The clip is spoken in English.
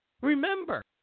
Remember